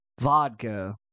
vodka